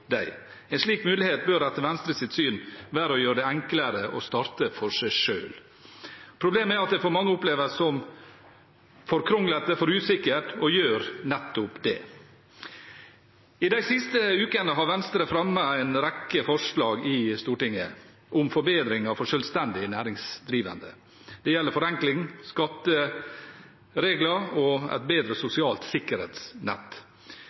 de siste ukene har Venstre fremmet en rekke forslag i Stortinget om forbedringer for selvstendig næringsdrivende. Det gjelder forenkling, skatteregler og et bedre